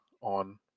on